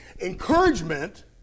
Encouragement